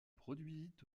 produisit